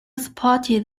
supported